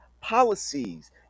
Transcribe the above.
policies